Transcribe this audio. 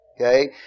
Okay